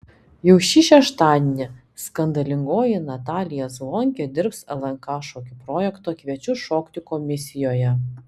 jau šį šeštadienį skandalingoji natalija zvonkė dirbs lnk šokių projekto kviečiu šokti komisijoje